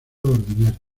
ordinario